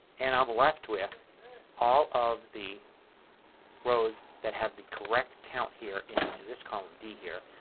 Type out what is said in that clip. and i'm left with all of the rows that have the correct count here in this column d here.